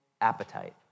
appetite